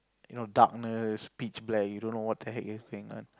you know darkness pitch black you don't know what the heck is going on